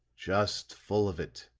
just full of it.